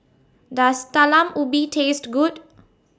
Does Talam Ubi Taste Good